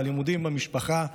בלימודים ובמשפחה.